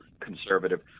Conservative